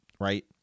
right